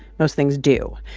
most things do.